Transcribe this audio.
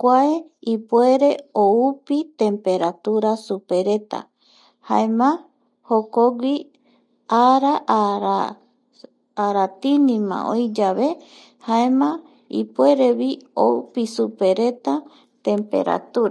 kuae ipuerevi oupi temperatura supereta jaema jokogui ara aratinima oïyave jaema ipuerevi oupi superetatemperatura